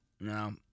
No